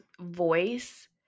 voice